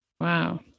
Wow